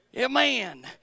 Amen